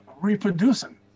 reproducing